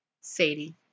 Sadie